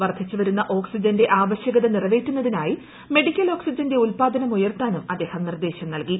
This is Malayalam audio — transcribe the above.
വർദ്ധിച്ചു വരുന്ന ഓക്സിജന്റെ ആവശ്യകത നിറവേറ്റുന്നതിനായി മെഡിക്കൽ ഓക്സിജന്റെ ഉത്പാദനം ഉയർത്താനും അദ്ദേഹം നിർദ്ദേശം നൽകി